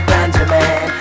Benjamin